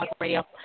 Radio